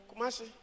Kumasi